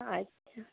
अच्छा